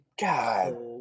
God